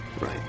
right